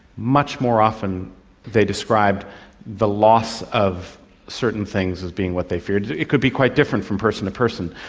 much more often they described the loss of certain things as being what they feared. it could be quite different from person to person,